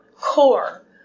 core